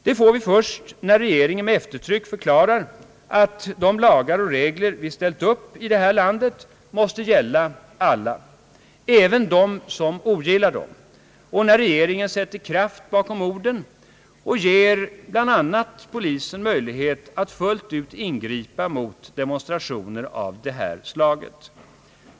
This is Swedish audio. Det får vi först när regeringen med eftertryck förklarar att de lagar och regler vi ställt upp i detta land måste gälla alla, även dem som ogillar dessa. När regeringen sätter kraft bakom orden och ger bl.a. polisen möjlighet att fullt ut ingripa mot demonstrationer av detta slag får vi sådana garantier.